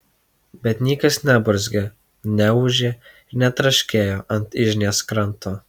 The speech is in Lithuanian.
bet niekas neburzgė neūžė ir netraškėjo ant yžnės kranto